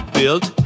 build